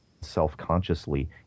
self-consciously